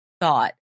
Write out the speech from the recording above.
thought